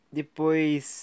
depois